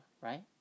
right